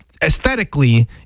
Aesthetically